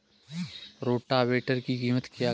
Rotavator की कीमत कितनी है?